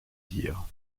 dire